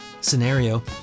scenario